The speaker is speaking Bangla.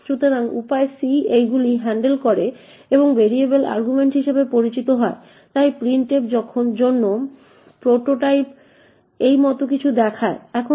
সুতরাং উপায় c এইগুলি হ্যান্ডেল করে এবং ভ্যারিয়েবল আর্গুমেন্ট হিসাবে পরিচিত হয় তাই printf জন্য প্রোটোটাইপ এই মত কিছু দেখায়